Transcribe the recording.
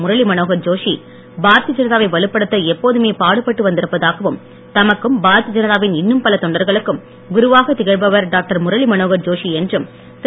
முரளி மனோகர் ஜோஷி பாரதிய ஜனதாவை வலுப்படுத்த எப்போதுமே பாடுப்பட்டு வந்திருப்பதாகவும் தமக்கும் பாரதிய ஜனதா வின் இன்னும் பல தொண்டர்களுக்கும் குருவாக திகழ்பவர் டாக்டர் முரளி மனோகர் ஜோஷி என்றும் திரு